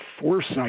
foresight